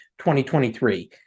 2023